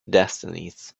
destinies